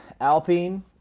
Alpine